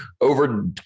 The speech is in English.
over